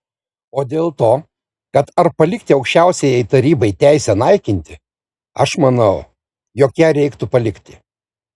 o dėl to kad ar palikti aukščiausiajai tarybai teisę naikinti aš manau jog ją reiktų palikti